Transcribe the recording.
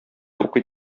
укый